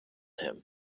him